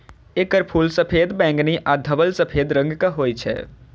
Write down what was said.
एकर फूल सफेद, बैंगनी आ धवल सफेद रंगक होइ छै